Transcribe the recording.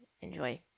enjoy